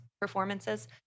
performances